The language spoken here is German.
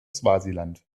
swasiland